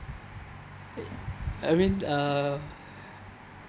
I mean uh